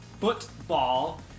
football